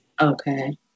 Okay